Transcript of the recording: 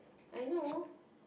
I know